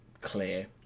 clear